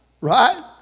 Right